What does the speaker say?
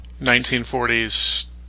1940s